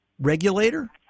regulator